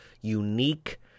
unique